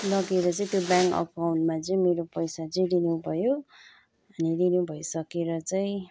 लगेर चाहिँ त्यो ब्याङ्क अकाउन्टमा चाहिँ मेरो पैसा चाहिँ रिन्यु भयो अनि रिन्यु भइसकेर चाहिँ